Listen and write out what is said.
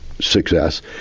success